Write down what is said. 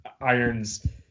Iron's